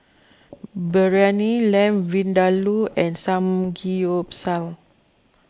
Biryani Lamb Vindaloo and Samgeyopsal